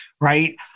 right